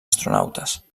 astronautes